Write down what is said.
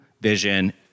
vision